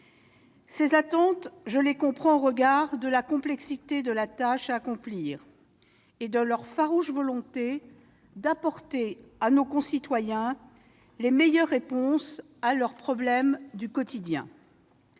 Ces attentes, je les comprends au regard de la complexité de la tâche à accomplir et de leur farouche volonté d'apporter à nos concitoyens les meilleures réponses à leurs problèmes du quotidien.